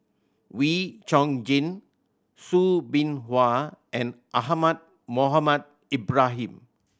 Wee Chong Jin Soo Bin Chua and Ahmad Mohamed Ibrahim